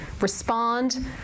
respond